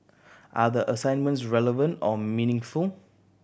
are the assignments relevant or meaningful